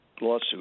lawsuit